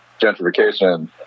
gentrification